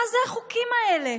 מה זה החוקים האלה?